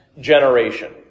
generation